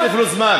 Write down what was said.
אני אוסיף לו זמן.